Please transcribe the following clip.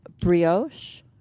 brioche